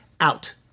out